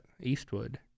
Eastwood